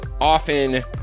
often